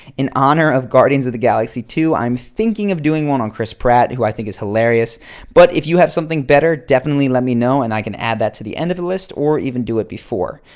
in honor of guardians of the galaxy two, i'm thinking of doing one on chris pratt who i think is hilarious but if you have something better, definitely let me know and i can add that to the end of the list or even do it before.